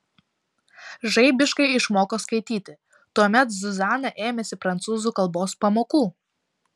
žaibiškai išmoko skaityti tuomet zuzana ėmėsi prancūzų kalbos pamokų